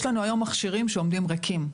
יש לנו היום מכשירים שעומדים ריקים.